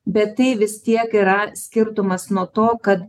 bet tai vis tiek yra skirtumas nuo to kad